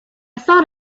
thought